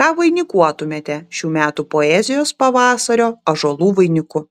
ką vainikuotumėte šių metų poezijos pavasario ąžuolų vainiku